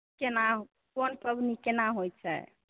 केनाह कोन पाबनि केना होइ छै